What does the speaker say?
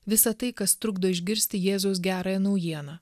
visa tai kas trukdo išgirsti jėzaus gerąją naujieną